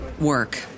work